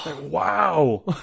Wow